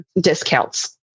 discounts